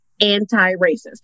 anti-racist